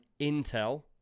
Intel